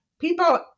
people